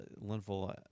Linville